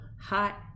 hot